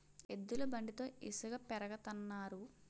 ఎద్దుల బండితో ఇసక పెరగతన్నారు